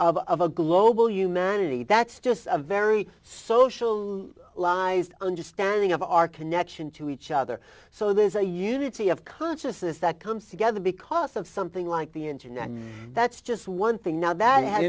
of a global humanity that's just a very social lived understanding of our connection to each other so there's a unity of consciousness that comes together because of something like the internet that's just one thing now that